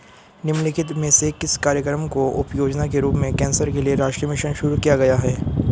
निम्नलिखित में से किस कार्यक्रम को उपयोजना के रूप में कैंसर के लिए राष्ट्रीय मिशन शुरू किया गया है?